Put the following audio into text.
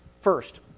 First